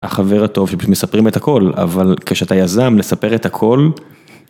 החבר הטוב כשמספרים את הכל, אבל כשאתה יזם לספר את הכל.